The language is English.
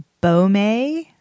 Bome